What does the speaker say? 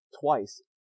twice